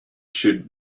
should